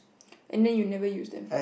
and then you never used them